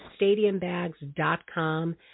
stadiumbags.com